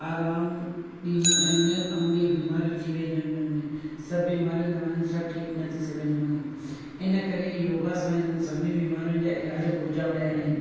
आराम ॾींदियूं आहिनि ऐं ॿिए बीमारियूं थी वेंदियूं आहिनि हुननि में सभु बीमारियूं दवाउनि सां ठीक न थी सघंदियूं आहिनि इन करे योगा सां हिननि सभिनी बीमारियुनि जा इलाज खोजा विया आहिनि